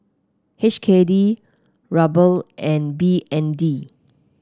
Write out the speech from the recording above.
H K D Ruble and B N D